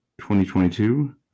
2022